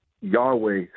Yahweh